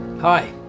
Hi